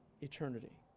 eternity